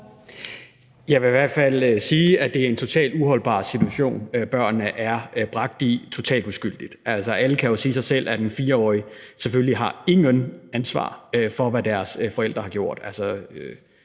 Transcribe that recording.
Jeg vil i hvert fald sige, at det er en totalt uholdbar situation, børnene totalt uforskyldt er bragt i. Altså, alle kan jo sige sig selv, at 4-årige selvfølgelig intet ansvar har for, hvad deres forældre har gjort;